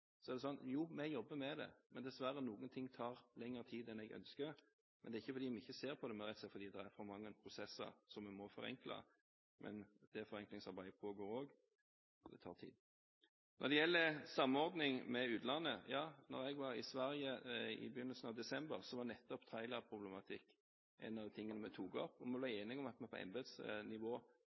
Vi jobber med det, men dessverre er det noen ting som tar lengre tid enn det vi ønsker. Det er ikke fordi vi ikke ser på det, men det er rett og slett fordi det er for mange prosesser som vi må forenkle. Det forenklingsarbeidet pågår også, men det tar tid. Til samordning med utlandet: Da jeg var i Sverige i begynnelsen av desember, var nettopp trailerproblematikk en av de tingene vi tok opp. Vi ble enige om at vi på embetsnivå